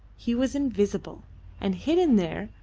he was invisible and hidden there,